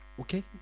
okay